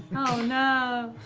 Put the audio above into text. no.